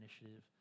initiative